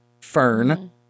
fern